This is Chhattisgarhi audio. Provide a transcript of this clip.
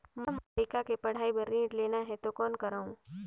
मोला मोर लइका के पढ़ाई बर ऋण लेना है तो कौन करव?